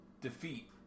defeat